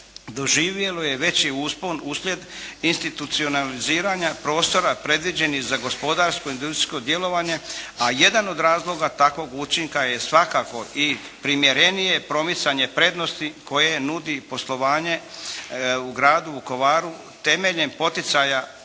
doživjelo je veći uspon uslijed institucionaliziranja prostora predviđeni za gospodarsko industrijsko djelovanje, a jedan od razloga takvog učinka je svakako i primjerenije promicanje prednosti koje nudi poslovanje u gradu Vukovaru temeljem poticaja iz